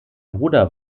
bruder